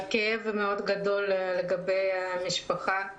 הכאב הוא גדול מאוד על המשפחה והילדים.